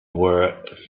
were